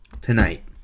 Tonight